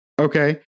Okay